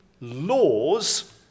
laws